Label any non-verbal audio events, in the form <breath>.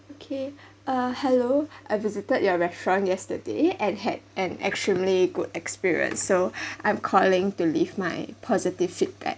okay uh hello I visited your restaurant yesterday and had an extremely good experience so <breath> I'm calling to leave my positive feedback